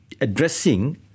addressing